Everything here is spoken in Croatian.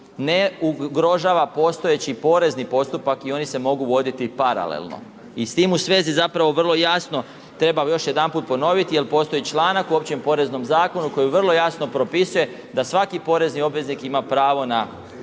ne ugrožava postojeći porezni postupak i oni se mogu voditi paralelno. I s tim u svezi zapravo vrlo jasno treba još jedanput ponoviti, jer postoji članak u općem poreznom zakonu koji vrlo jasno propisuje da svaki porezni obveznik ima pravo na